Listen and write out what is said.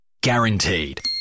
guaranteed